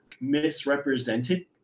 misrepresented